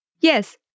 Yes